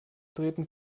treten